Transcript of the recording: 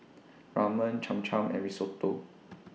Ramen Cham Cham and Risotto